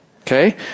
Okay